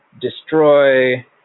destroy